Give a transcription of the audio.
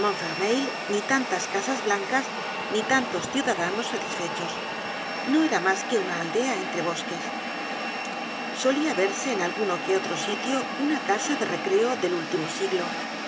montfermeil ni tantas casas blancas ni tantos ciudadanos satisfechos no era mas que una aldea entre bosques solia verse en alguno que otro sitio una casa de recreo del último siglo